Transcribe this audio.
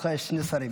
לכבודך יש שני שרים.